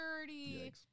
dirty